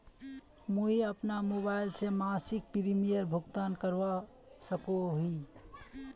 मुई अपना मोबाईल से मासिक प्रीमियमेर भुगतान करवा सकोहो ही?